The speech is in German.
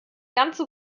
ganze